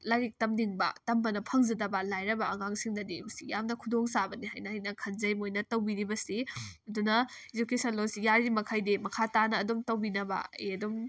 ꯂꯥꯏꯔꯤꯛ ꯇꯝꯅꯤꯡꯕ ꯇꯝꯕꯅ ꯐꯪꯖꯗꯕ ꯂꯥꯏꯔꯕ ꯑꯉꯥꯡꯁꯤꯡꯗꯗꯤ ꯃꯁꯤ ꯌꯥꯝꯅ ꯈꯨꯗꯣꯡ ꯆꯥꯕꯅꯤ ꯍꯥꯏꯅ ꯑꯩꯅ ꯈꯟꯖꯩ ꯃꯣꯏꯅ ꯇꯧꯕꯤꯔꯤꯕꯁꯤ ꯑꯗꯨꯅ ꯏꯖꯨꯀꯦꯁꯟ ꯂꯣꯟꯁꯤ ꯌꯥꯔꯤ ꯃꯈꯩꯗꯤ ꯃꯈꯥ ꯇꯥꯅ ꯑꯗꯨꯝ ꯇꯧꯕꯤꯅꯕ ꯑꯩ ꯑꯗꯨꯝ